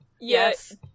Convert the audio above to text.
Yes